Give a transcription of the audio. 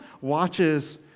watches